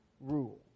rule